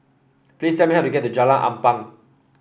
please tell me how to get to Jalan Ampang